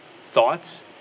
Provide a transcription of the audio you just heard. thoughts